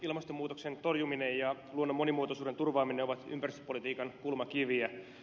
ilmastonmuutoksen torjuminen ja luonnon monimuotoisuuden turvaaminen ovat ympäristöpolitiikan kulmakiviä